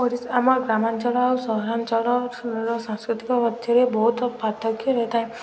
ଓଡ଼ି ଆମ ଗ୍ରାମାଞ୍ଚଳ ଆଉ ସହରାଞ୍ଚଳର ସାଂସ୍କୃତିକ ମଧ୍ୟରେ ବହୁତ ପାର୍ଥକ୍ୟ ରହିଥାଏ